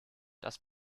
das